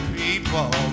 people